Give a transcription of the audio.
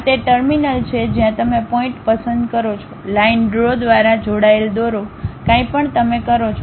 આ તે ટર્મિનલ છે જ્યાં તમે પોઇન્ટ પસંદ કરો છો લાઈન ડ્રો દ્વારા જોડાયેલ દોરો કાંઇ પણ તમે કરો છો